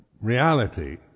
reality